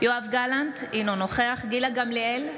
יואב גלנט, אינו נוכח גילה גמליאל,